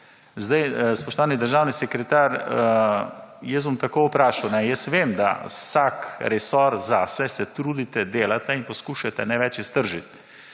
Sedaj, spoštovani državni sekretar, jaz bom tako vprašal. Jaz vem, da vsak resor zase se trudite, delate in poskušate največ iztržiti,